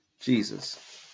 Jesus